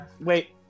Wait